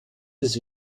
des